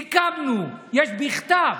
סיכמנו, יש בכתב,